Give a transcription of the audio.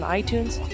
iTunes